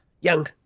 Young